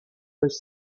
was